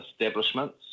establishments